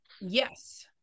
Yes